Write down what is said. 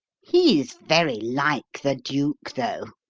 he's very like the duke, though,